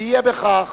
ויהיה בכך